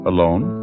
Alone